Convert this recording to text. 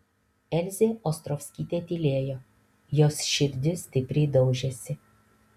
elzė ostrovskytė tylėjo jos širdis stipriai daužėsi